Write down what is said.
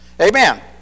Amen